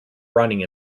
running